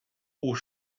aux